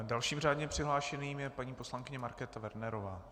Dalším řádně přihlášeným je paní poslankyně Markéta Wernerová.